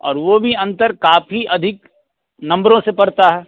और वो भी अंतर काफ़ी अधिक नंबरों से पड़ता है